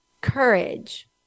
courage